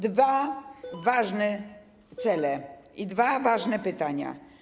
Dwa ważne cele i dwa ważne pytania.